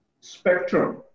spectrum